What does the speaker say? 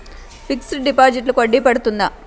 Fixed డిపాజిట్లకు వడ్డీ పడుతుందా?